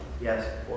Yes